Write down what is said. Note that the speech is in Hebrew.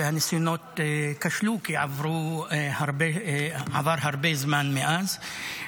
והניסיונות כשלו, כי עבר הרבה זמן מאז,